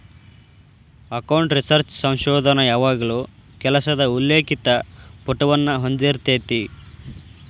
account research ಸಂಶೋಧನ ಯಾವಾಗಲೂ ಕೆಲಸದ ಉಲ್ಲೇಖಿತ ಪುಟವನ್ನ ಹೊಂದಿರತೆತಿ